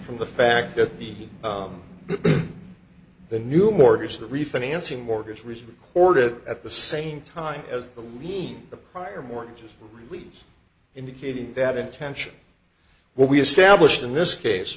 from the fact that the the new mortgage the refinancing mortgages recorded at the same time as the lean the prior mortgages please indicated that intention what we established in this case